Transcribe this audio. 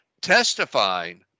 testifying